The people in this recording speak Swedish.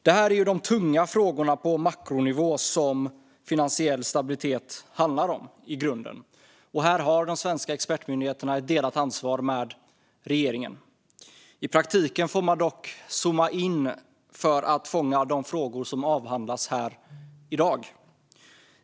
Det är dessa tunga frågor på makronivå som finansiell stabilitet i grunden handlar om, och här har de svenska expertmyndigheterna ett delat ansvar tillsammans med regeringen. I praktiken får man dock zooma in för att fånga de frågor som avhandlas här i dag.